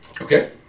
Okay